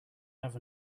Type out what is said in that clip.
have